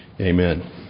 Amen